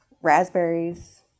raspberries